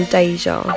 Deja